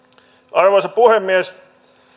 arvoisa puhemies